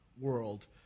world